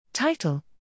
Title